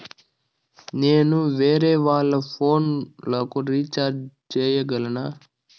నేను వేరేవాళ్ల ఫోను లకు రీచార్జి సేయగలనా?